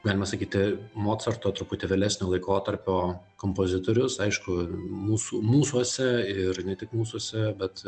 galima sakyti mocarto truputį vėlesnio laikotarpio kompozitorius aišku mūsų mūsuose ir ne tik mūsuose bet